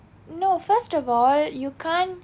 no first of all you can't